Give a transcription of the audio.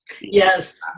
yes